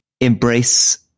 embrace